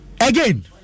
Again